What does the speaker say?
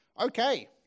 Okay